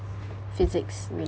physics ma~